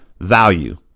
value